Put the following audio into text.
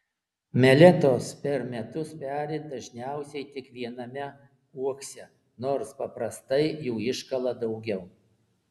meletos per metus peri dažniausiai tik viename uokse nors paprastai jų iškala daugiau